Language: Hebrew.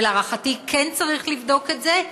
ולהערכתי כן צריך לבדוק את זה,